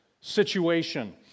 situation